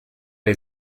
der